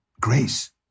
grace